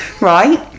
right